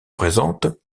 présente